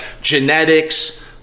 genetics